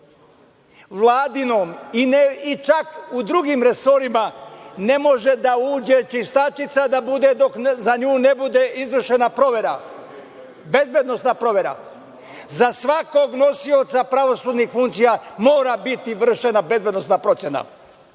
Vladinom resoru i čak i u drugim resorima ne može da uđe čistačica dok za nju ne bude izvršena bezbednosna provera. Za svakog nosioca pravosudnih funkcija mora biti vršena bezbednosna procena